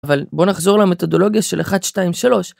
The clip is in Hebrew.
אבל בוא נחזור למתודולוגיה של 1,2,3.